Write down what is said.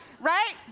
Right